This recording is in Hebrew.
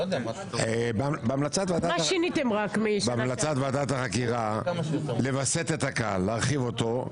בהמלצת ועדת החקירה לווסת את הקהל, להרחיב אותו.